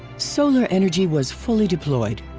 solar energy was fully deployed.